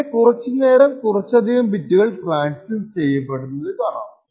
അങ്ങനെ കുറച്ചു നേരം കൊണ്ട് കുറച്ചധികം ബിറ്റുകൾ ട്രാൻസ്മിറ്റ് ചെയ്യപ്പെടുന്നത് കാണാം